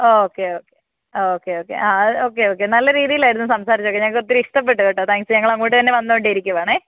okay okay okay okay ആ okay okay നല്ല രീതിയിലായിരുന്നു സംസാരിച്ചതൊക്കെ ഞങ്ങൾക്ക് ഒത്തിരി ഇഷ്ടപ്പെട്ടു കേട്ടോ താങ്ക്സ് ഞങ്ങൾ അങ്ങോട്ട് തന്നെ വന്നുകൊണ്ടിരിക്കുവാണേ